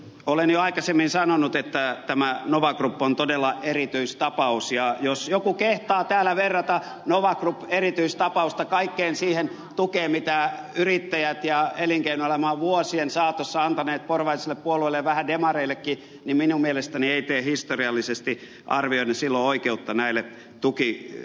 olen jo aikaisemmin sanonut että tämä nova group on todella erityistapaus ja jos joku kehtaa täällä verrata nova group erityistapausta kaikkeen siihen tukeen mitä yrittäjät ja elinkeinoelämä ovat vuosien saatossa antaneet porvarisille puolueille ja vähän demareillekin niin minun mielestäni se ei tee historiallisesti arvioiden silloin oikeutta näille tukitahoille